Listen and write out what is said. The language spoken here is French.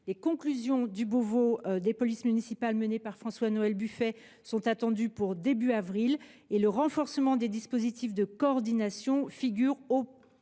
Les conclusions du Beauvau des polices municipales, mené par François Noël Buffet, sont attendues pour le début du mois d’avril prochain. Le renforcement des dispositifs de coordination figure parmi